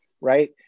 right